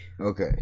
okay